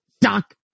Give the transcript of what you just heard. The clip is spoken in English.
doc